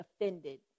offended